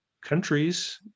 countries